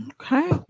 Okay